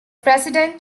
president